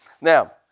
Now